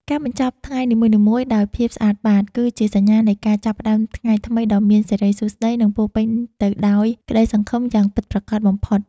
ការបញ្ចប់ថ្ងៃនីមួយៗដោយភាពស្អាតបាត គឺជាសញ្ញានៃការចាប់ផ្តើមថ្ងៃថ្មីដ៏មានសិរីសួស្តី និងពោពេញទៅដោយក្តីសង្ឃឹមយ៉ាងពិតប្រាកដបំផុត។